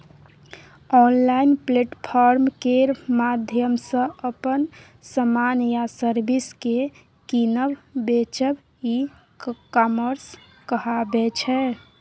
online platform केर माध्यमसँ अपन समान या सर्विस केँ कीनब बेचब ई कामर्स कहाबै छै